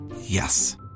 Yes